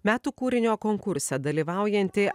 metų kūrinio konkurse dalyvaujantį